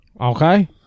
Okay